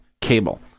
Cable